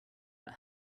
your